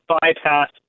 bypass